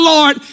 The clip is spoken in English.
Lord